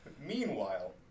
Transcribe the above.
meanwhile